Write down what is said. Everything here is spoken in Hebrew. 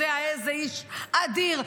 יודע איזה איש אדיר,